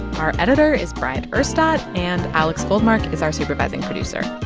our editor is bryant urstadt, and alex goldmark is our supervising producer.